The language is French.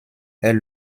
est